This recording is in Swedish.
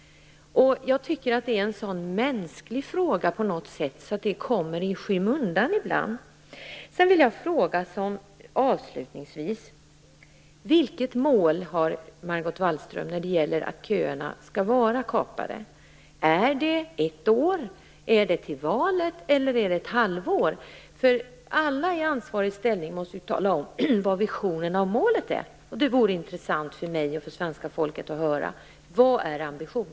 Jag tycker att det är en sådan mänsklig fråga och att den kommer i skymundan ibland. Wallström har när det gäller köerna. Skall de vara kapade om ett år, till valet eller om ett halvår? Alla i ansvarig ställning måste ju tala om vilka visionerna och målen är. Det vore intressant för mig och svenska folket att få höra vad man har för ambition.